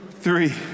three